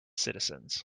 citizens